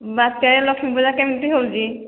ବାତ୍ୟାରେ ଲକ୍ଷ୍ମୀ ପୂଜା କେମିତି ହେଉଛି